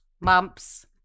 mumps